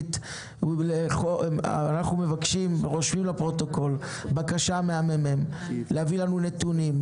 --- אנחנו רושמים לפרוטוקול בקשה מהמ.מ.מ להביא לנו נתונים,